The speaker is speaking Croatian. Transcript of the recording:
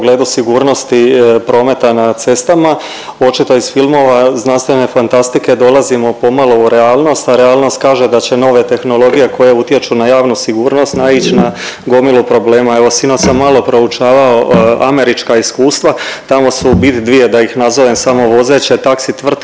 pogledu sigurnosti prometa na cestama. Očito iz filmova znanstvene fantastike dolazimo pomalo u realnost, a realnost kaže da će nove tehnologije koje utječu na javnu sigurnost naić na gomilu problema. Evo sinoć sam malo proučavao američka iskustva, tamo su … samo da ih nazovem samovozeće taksi tvrtke